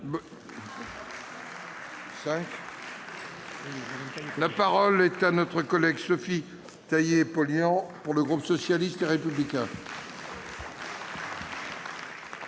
La parole est à Mme Sophie Taillé-Polian, pour le groupe socialiste et républicain.